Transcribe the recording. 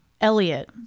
Elliot